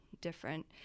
different